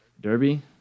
Derby